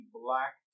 black